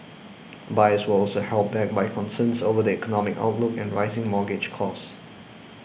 buyers were also held back by concerns over the economic outlook and rising mortgage costs